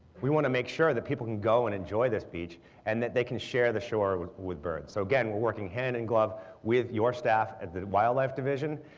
we want to make sure that people can go and enjoy this beach and that they can share the shore with with birds. so again, we're working hand in glove with your staff at the wildlife division,